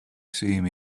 same